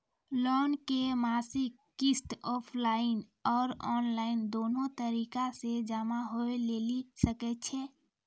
Loan के मासिक किस्त ऑफलाइन और ऑनलाइन दोनो तरीका से जमा होय लेली सकै छै?